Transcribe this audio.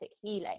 healing